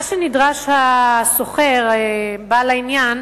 מה שנדרש הסוחר, בעל העניין,